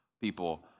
people